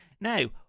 Now